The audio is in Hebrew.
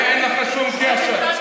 אין לך שום קשר.